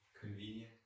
Convenient